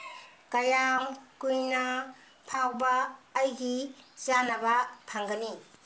ꯀꯌꯥꯝ ꯀꯨꯏꯅ ꯐꯥꯎꯕ ꯑꯩꯒꯤ ꯆꯥꯅꯕ ꯐꯪꯒꯅꯤ